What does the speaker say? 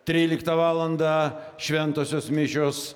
tryliktą valandą šventosios mišios